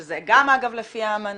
שזה גם אגב לפי האמנה,